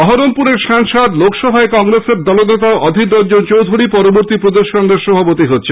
বহরমপুরের সাংসদ লোকসভার কংগ্রেসের দলনেতা অধীর রঞ্জন চৌধুরী পরবর্তী প্রদেশ কংগ্রেস সভাপতি হচ্ছেন